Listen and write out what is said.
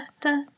da